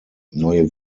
neue